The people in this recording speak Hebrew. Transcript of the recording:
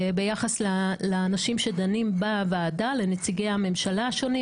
ביחס לאנשים שדנים בוועדה לנציגי הממשלה השונים,